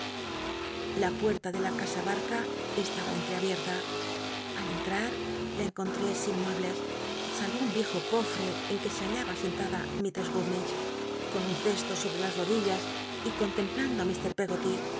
n puerta de la casa ba rca estaba entreabierta al entrar la encontré sin muebles sal ro un riejo cofre en que se hallaba sentada mistrcss gummidge con un ccsto sobre las rodillas y contemplando i mr peggoty